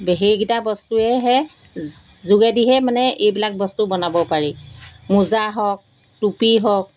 সেইকেইটা বস্তুৱেহে যোগেদিহে মানে এইবিলাক বস্তু বনাব পাৰি মোজা হওক টুপি হওক